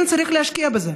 כן צריך להשקיע בזה.